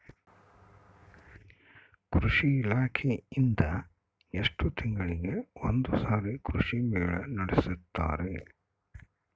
ಕೃಷಿ ಇಲಾಖೆಯಿಂದ ಎಷ್ಟು ತಿಂಗಳಿಗೆ ಒಂದುಸಾರಿ ಕೃಷಿ ಮೇಳ ನಡೆಸುತ್ತಾರೆ?